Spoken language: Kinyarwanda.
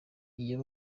iyo